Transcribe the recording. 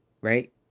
right